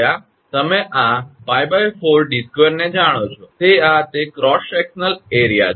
તમે આ 𝜋4𝑑2 ને જાણો છો તે આ તે ક્રોસ સેક્શનલ ક્ષેત્ર છે